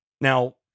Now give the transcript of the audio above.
Now